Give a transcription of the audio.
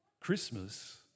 Christmas